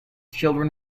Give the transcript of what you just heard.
children